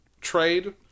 trade